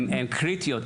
הסייעות הן קריטיות,